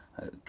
Okay